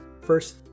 First